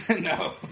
No